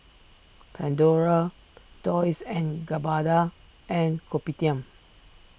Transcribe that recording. Pandora Dolce and Gabbana and Kopitiam